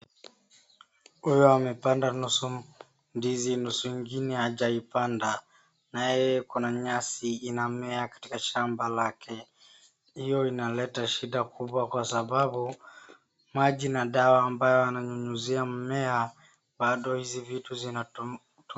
Huyu amepanda nusu ndizi na zingine hajaipanda, naye kuna nyasi inamea katika shamba lake, hiyo inaleta shuda kubwa kwa sababu maji na dawa ambayo ananyunyizia mmea bado hizi vitu zinatumia.